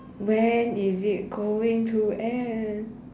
when is it going to end